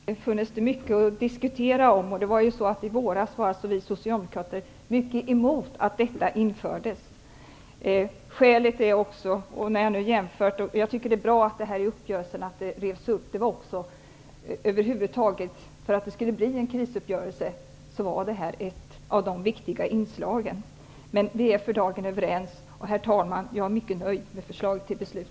Herr talman! Jag håller med om att det finns mycket att diskutera. I våras var alltså vi socialdemokrater mycket emot att detta sparande infördes. Det är bra att det revs upp genom uppgörelsen. Det var ett av de viktiga inslagen i förutsättningarna för att det över huvud taget skulle bli en krisuppgörelse. Vi är för dagen överens, herr talman, och jag är mycket nöjd med förslaget till beslut.